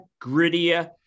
grittier